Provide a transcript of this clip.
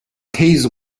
case